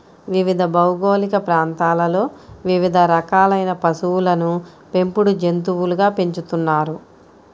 వివిధ భౌగోళిక ప్రాంతాలలో వివిధ రకాలైన పశువులను పెంపుడు జంతువులుగా పెంచుతున్నారు